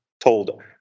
told